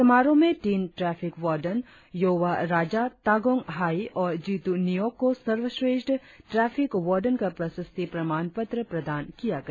समारोह में तीन ट्रैफिक वार्डन योआ राजा तागोंग हायी और जितू निओग को सर्वश्रेष्ठ ट्रैफिक वार्डन का प्रशस्ति प्रमाण पत्र प्रदान किया गया